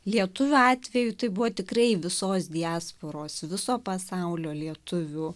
lietuvių atveju tai buvo tikrai visos diasporos viso pasaulio lietuvių